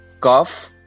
cough